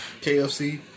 KFC